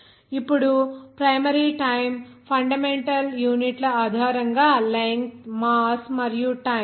ఇప్పుడు primary time fundamental యూనిట్ల ఆధారంగా లెంగ్త్మాస్ మరియు టైం